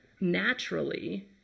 naturally